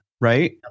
right